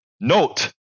note